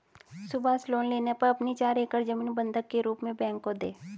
Subhash loan लेने पर अपनी चार एकड़ जमीन बंधक के रूप में बैंक को दें